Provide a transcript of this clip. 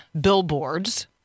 billboards